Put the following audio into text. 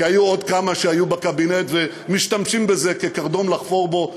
כי היו עוד כמה שהיו בקבינט ומשתמשים בזה כקרדום לחפור בו,